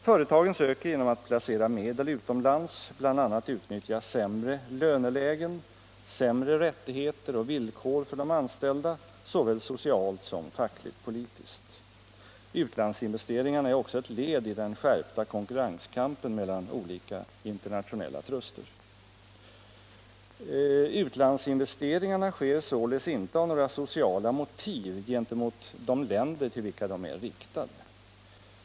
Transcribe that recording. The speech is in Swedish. Företagen söker genom att placera medel utomlands bl.a. utnyttja sämre lönelägen, sämre rättigheter och villkor för de anställda såväl socialt som fackligt-politiskt. Utlandsinvesteringarna är också ett led i den skärpta konkurrensen mellan olika internationella truster. Utlandsinvesteringarna sker således inte av några sociala motiv gentemot de länder till vilka de är riktade.